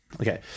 Okay